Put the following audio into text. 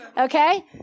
okay